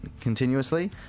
continuously